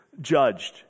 judged